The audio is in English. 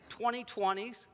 2020s